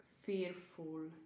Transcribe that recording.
fearful